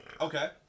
okay